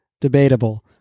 debatable